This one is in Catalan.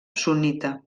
sunnita